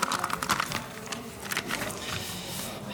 נדע להכיל את הכול, אדוני היושב-ראש.